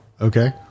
Okay